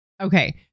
Okay